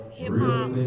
hip-hop